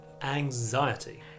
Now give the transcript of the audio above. Anxiety